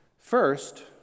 First